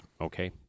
Okay